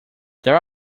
there